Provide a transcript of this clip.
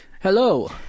Hello